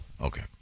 Okay